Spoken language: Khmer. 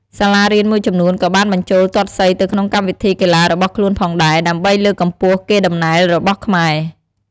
សាលារៀនមួយចំនួនក៏បានបញ្ចូលទាត់សីទៅក្នុងកម្មវិធីកីឡារបស់ខ្លួនផងដែរ ដើម្បីលើកកម្ពស់កេរដំណែលរបស់ខ្មែរ។